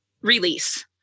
release